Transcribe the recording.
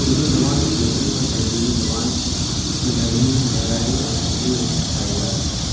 اردو زبان ایک لطیف اور تہذیبی زبان ہے جس میں نرمی گہرائی اور فکری وسعت پائی جاتی ہے